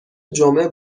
جمعه